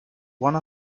one